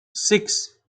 six